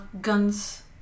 guns